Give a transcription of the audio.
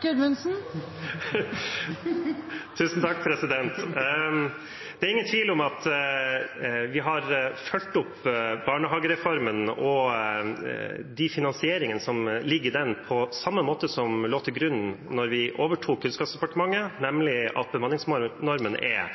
Det er ingen tvil om at vi har fulgt opp barnehagereformen og de finansieringene som ligger i den, på samme måte som det som lå til grunn da vi overtok Kunnskapsdepartementet, nemlig at bemanningsnormen er